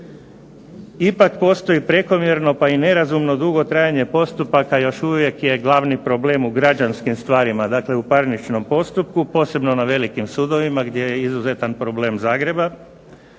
ipak postoji prekomjerno pa i nerazumno dugo trajanje postupaka još uvijek je glavni problem u građanskim stvarima, dakle u parničnom postupku posebno na velikim sudovima gdje je izuzetan problem Zagreba